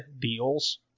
deals